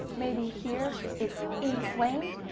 maybe here it's inflamed.